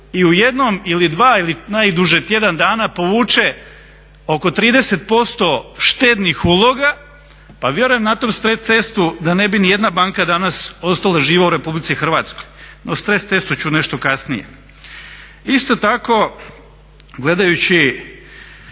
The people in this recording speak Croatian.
i u jednom ili dva ili najduže tjedan dana povuče oko 30% štednih uloga pa vjerujem na tom testu da ne bi ni jedna banka danas ostala živa u RH. No, o stres testu ću nešto kasnije. Isto tako gledajući